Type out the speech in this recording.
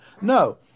no